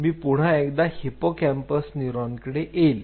मी पुन्हा एकदा हिपोकॅम्पस न्यूरॉनकडे येईल